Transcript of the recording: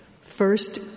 First